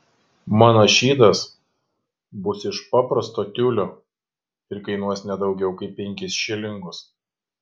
mano šydas bus iš paprasto tiulio ir kainuos ne daugiau kaip penkis šilingus